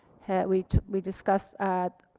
had we we discussed a